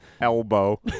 Elbow